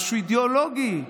משהו אידאולוגי.